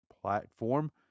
platform